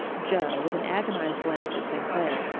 joe, with an agonized glance at st. clair,